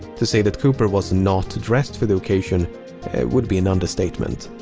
to say that cooper was not dressed for the occasion would be an understatement.